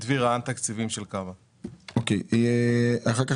אחר כך